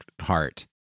heart